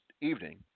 evening